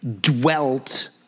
dwelt